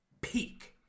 peak